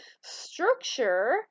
structure